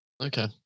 Okay